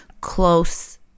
close